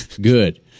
Good